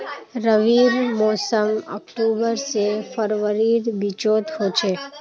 रविर मोसम अक्टूबर से फरवरीर बिचोत होचे